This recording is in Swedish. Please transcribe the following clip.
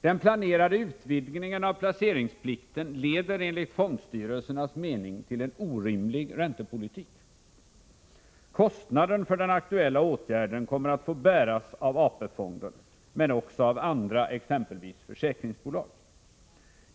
Den planerade utvidgningen av placeringsplikten leder enligt fondstyrelsernas mening till en orimlig räntepolitik. Kostnaden för den aktuella åtgärden kommer att få bäras av AP-fonden men också av andra, exempelvis försäkringsbolag.